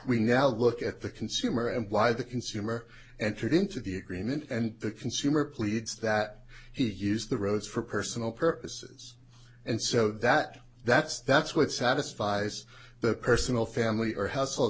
we now look at the consumer and why the consumer entered into the agreement and the consumer pleads that he used the rose for personal purposes and so that that's that's what satisfies the personal family or household